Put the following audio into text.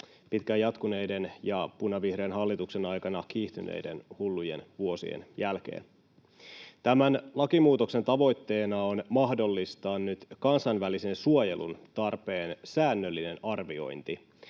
pitkään jatkuneiden ja punavihreän hallituksen aikana kiihtyneiden hullujen vuosien jälkeen. Tämän lakimuutoksen tavoitteena on mahdollistaa nyt kansainvälisen suojelun tarpeen säännöllinen arviointi